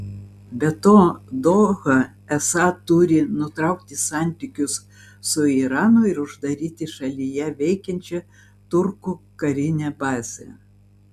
be to doha esą turi nutraukti santykius su iranu ir uždaryti šalyje veikiančią turkų karinę bazę